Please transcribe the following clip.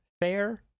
fair